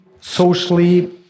socially